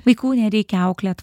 vaikų nereikia auklėt